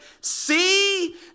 See